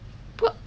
cau~